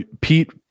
Pete